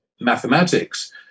mathematics